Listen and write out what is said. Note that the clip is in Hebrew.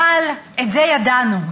את זה ידענו.